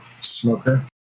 smoker